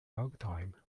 ragtime